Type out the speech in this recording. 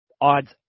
odds